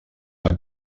una